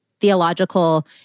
theological